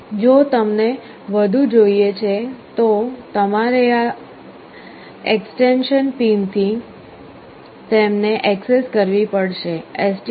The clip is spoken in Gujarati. જો તમને વધુ જોઈએ છે તો તમારે આ એક્સ્ટેંશન પિનથી તેમને ઍક્સેસ કરવી પડશે